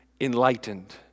enlightened